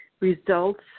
results